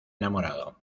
enamorado